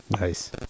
nice